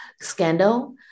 scandal